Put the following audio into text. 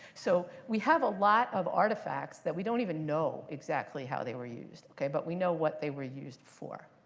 so we have a lot of artifacts that we don't even know exactly how they were used. ok? but we know what they were used for.